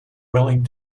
willing